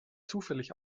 zufällig